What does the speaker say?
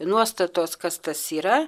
nuostatos kas tas yra